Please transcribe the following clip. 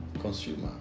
consumer